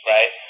Right